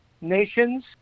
nations